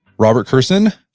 robert kurson,